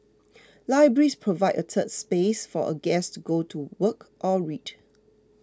libraries provide a 'third space' for a guest to go to work or read